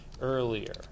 earlier